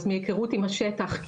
אז מהכרות עם השטח,